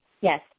yes